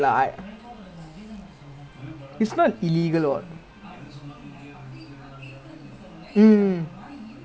it's not I mean it's not a legit thing lah but a lot of rules people right damn stupid lah like the you know the goalkeeper [one] also the priority [one]